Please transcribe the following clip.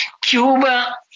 Cuba